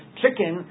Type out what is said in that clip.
chicken